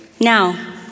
Now